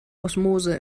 osmose